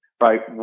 right